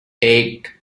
eight